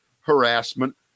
harassment